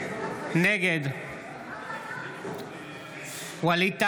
נגד ווליד טאהא,